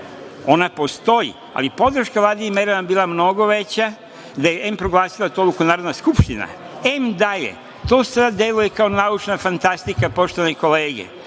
Ona postoji, ali podrška vladinim merama bi bila mnogo veća da je em proglasila odluku tu Narodna skupština, em dalje, to sad deluje kao naučna fantastika, poštovane kolege,